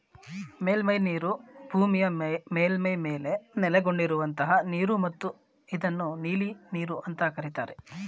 ಮೇಲ್ಮೈನೀರು ಭೂಮಿಯ ಮೇಲ್ಮೈ ಮೇಲೆ ನೆಲೆಗೊಂಡಿರುವಂತಹ ನೀರು ಮತ್ತು ಇದನ್ನು ನೀಲಿನೀರು ಅಂತ ಕರೀತಾರೆ